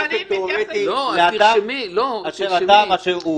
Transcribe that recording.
כי היא מתייחסת באופן תיאורטי לאדם באשר הוא